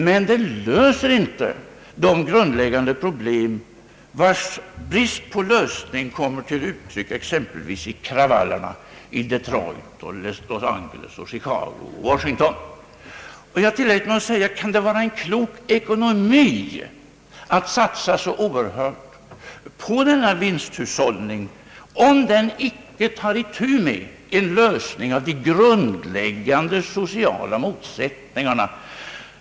Men därmed löses inte de grundläggande problem som kommit till uttryck bland annat i kravallerna i Detroit, Los Angeles, Chicago och Washington. Jag tillät mig fråga om det kan vara en klok ekonomi att satsa så hårt på denna vinsthushållning, om den icke tar itu med en lösning av de grundläggande sociala motsättningarna.